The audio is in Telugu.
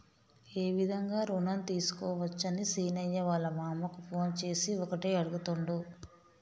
ఏ విధంగా రుణం తీసుకోవచ్చని సీనయ్య వాళ్ళ మామ కు ఫోన్ చేసి ఒకటే అడుగుతుండు